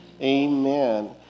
Amen